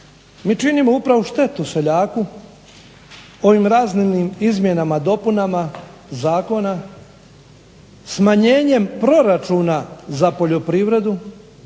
Mi činimo upravo štetu seljaku ovim raznim izmjenama i dopunama zakona, smanjenjem proračuna za poljoprivredu